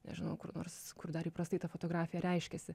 nežinau kur nors kur dar įprastai ta fotografija reiškiasi